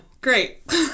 great